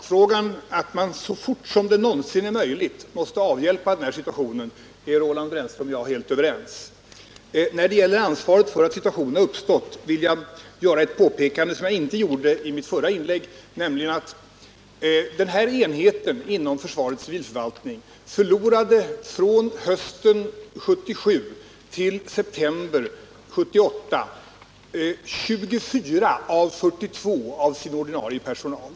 Herr talman! Roland Brännström och jag är helt överens i själva sakfrågan, att man så fort som någonsin är möjligt måste avhjälpa den här situationen. När det gäller ansvaret för att situationen har uppstått vill jag göra ett påpekande som jag inte gjorde i mitt förra inlägg. Den här enheten inom försvarets civilförvaltning förlorade från hösten 1977 till september 1978 24 av 42 av den ordinarie personalen.